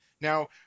Now